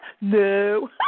No